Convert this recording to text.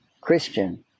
Christian